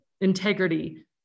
integrity